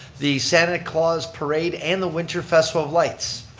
the santa clause parade and the winter festival of lights.